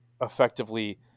effectively